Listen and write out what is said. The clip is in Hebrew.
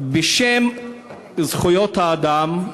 בשם זכויות האדם,